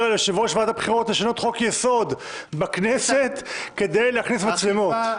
אחרי זה עדכן את זה גם יושב-ראש ועדת הבחירות המרכזית השופט ג'ובראן,